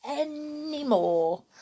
anymore